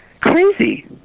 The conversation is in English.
Crazy